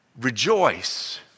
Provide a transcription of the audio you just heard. rejoice